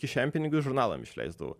kišenpinigius žurnalam išleisdavau